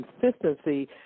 consistency